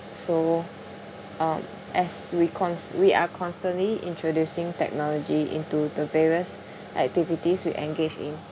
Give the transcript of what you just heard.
so uh as we cons~ we are constantly introducing technology into the various activities we engage in